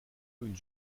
une